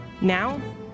Now